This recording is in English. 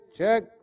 check